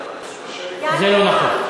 נוכח.